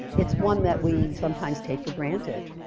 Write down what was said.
it's one that we sometimes take for granted.